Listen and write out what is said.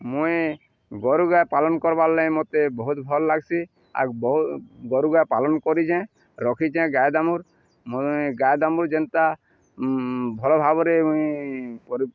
ମୁଇଁ ଗୋରୁ ଗାଈ ପାଳନ କର୍ବାର୍ ଲାଗିଁ ମତେ ବହୁତ ଭଲ୍ ଲାଗ୍ସି ଆଉ ବହୁ ଗୋରୁ ଗା ପାଳନ କରିଚେଁ ରଖିଚେଁ ଗାଈ ଦାମୁ ମୁଇଁ ଗାଈ ଦାମୁର ଯେନ୍ତା ଭଲ ଭାବରେ ମୁଇଁ